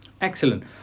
Excellent